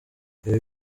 ibi